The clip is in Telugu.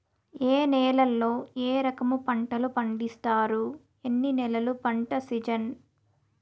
ఏ నేలల్లో ఏ రకము పంటలు పండిస్తారు, ఎన్ని నెలలు పంట సిజన్?